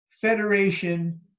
federation